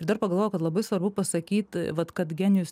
dar pagalvojau kad labai svarbu pasakyt vat kad genijus